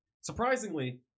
surprisingly